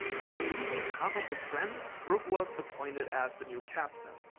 after losing half of his friends, brook was appointed as the new captain.